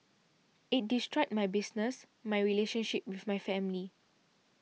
it destroyed my business my relationship with my family